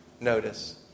notice